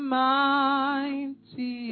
mighty